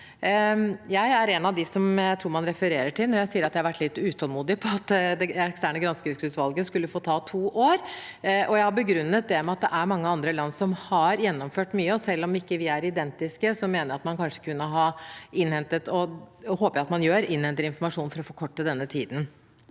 Jeg er en av dem som jeg tror man refererer til når det sies at det har vært litt utålmodighet om at det eksterne granskingsutvalget skulle bruke to år, og jeg har begrunnet det med at det er mange andre land som har gjennomført mye. Og selv om vi ikke er identiske, mener jeg at man kanskje kunne ha innhentet – som jeg håper at man gjør